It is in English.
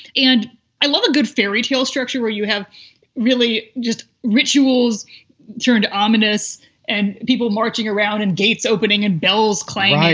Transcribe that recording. and i love a good fairy tale structure where you have really just rituals turned ominous and people marching around and gates opening and bells clanging.